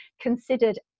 considered